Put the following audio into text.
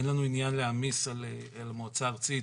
אין לנו עניין להעמיס על המועצה הארצית